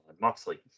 Moxley